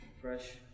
fresh